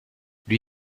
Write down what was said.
lui